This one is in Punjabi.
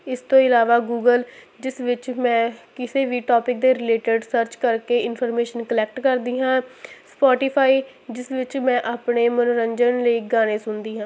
ਇਸ ਤੋਂ ਇਲਾਵਾ ਗੂਗਲ ਜਿਸ ਵਿੱਚ ਮੈਂ ਕਿਸੇ ਵੀ ਟੋਪਿਕ ਦੇ ਰਿਲੇਟਡ ਸਰਚ ਕਰਕੇ ਇਨਫੋਰਮੇਸ਼ਨ ਕਲੈਕਟ ਕਰਦੀ ਹਾਂ ਸਫੋਟੀਫਾਈ ਜਿਸ ਵਿੱਚ ਮੈਂ ਆਪਣੇ ਮਨੋਰੰਜਨ ਲਈ ਗਾਣੇ ਸੁਣਦੀ ਹਾਂ